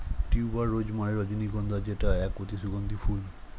tuber rose মানে রজনীগন্ধা যেটা এক অতি সুগন্ধি ফুল